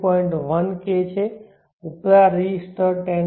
1K છે ઉપલા resistor 10